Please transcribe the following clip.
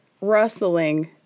rustling